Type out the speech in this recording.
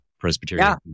Presbyterian